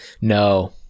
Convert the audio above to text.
No